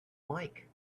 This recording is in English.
mike